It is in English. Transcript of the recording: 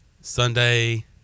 sunday